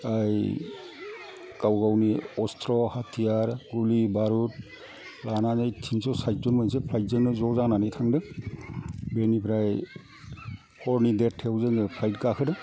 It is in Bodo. ओइ गाव गावनि अस्थ्र हाथियार गुलि बारुद लानानै थिनस' साइदजोन मोनसे फ्लाइदजोंनो ज' जानानै थांदों बेनिफ्राय हरनि देरथायाव जोङो फ्लाइद गाखोदों